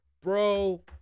Bro